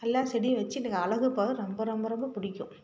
எல்லா செடியும் வச்சி எனக்கு அழகுப் பார்க்க ரொம்ப ரொம்ப ரொம்பப் பிடிக்கும்